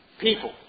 people